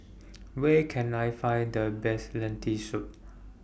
Where Can I Find The Best Lentil Soup